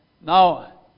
Now